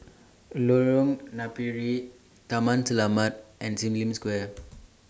Lorong Napiri Taman Selamat and SIM Lim Square